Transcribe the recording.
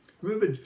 Remember